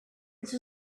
was